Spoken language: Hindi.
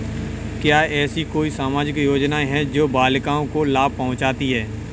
क्या ऐसी कोई सामाजिक योजनाएँ हैं जो बालिकाओं को लाभ पहुँचाती हैं?